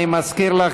אני מזכיר לך,